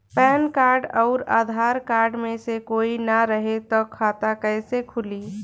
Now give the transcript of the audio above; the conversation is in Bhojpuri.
पैन कार्ड आउर आधार कार्ड मे से कोई ना रहे त खाता कैसे खुली?